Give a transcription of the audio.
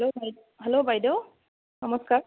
hello বাইদেউ নমস্কাৰ